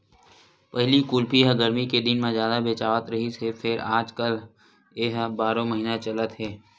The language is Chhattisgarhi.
पहिली कुल्फी ह गरमी के दिन म जादा बेचावत रिहिस हे फेर आजकाल ए ह बारो महिना चलत हे